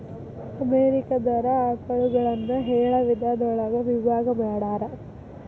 America ದಾರ ಆಕಳುಗಳನ್ನ ಏಳ ವಿಧದೊಳಗ ವಿಭಾಗಾ ಮಾಡ್ಯಾರ